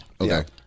Okay